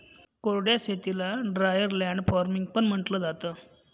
कोरड्या शेतीला dryer land farming पण म्हंटलं जातं